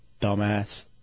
Dumbass